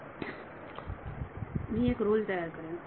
विद्यार्थी मी एक रोल तयार करेन